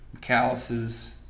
calluses